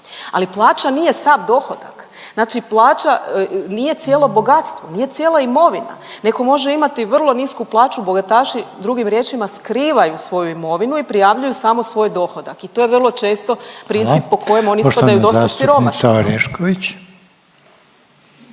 Ali plaća nije sav dohodak, znači plaća nije cijelo bogatstvo, nije cijela imovina. Netko može imati vrlo nisku plaću, bogataši drugim riječima skrivaju svoju imovinu i prijavljuju samo svoj dohodak i to je vrlo često … …/Upadica Reiner: